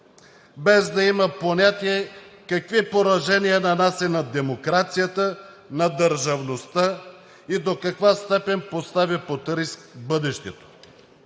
Без да има понятие какви поражения нанася на демокрацията, на държавността и до каква степен поставя под риск бъдещето.